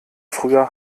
früher